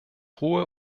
hohe